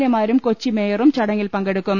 A മാരും കൊച്ചി മേയറും ചടങ്ങിൽ പങ്കെടുക്കും